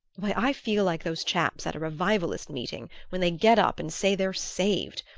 why, i feel like those chaps at revivalist meetings when they get up and say they're saved!